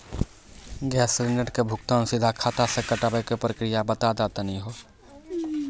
Gas cylinder के भुगतान सीधा खाता से कटावे के प्रक्रिया बता दा तनी हो?